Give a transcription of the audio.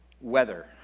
weather